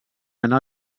anar